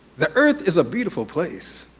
the earth is a beautiful place.